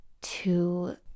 to-